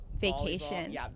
Vacation